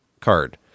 card